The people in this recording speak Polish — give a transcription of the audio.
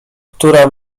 która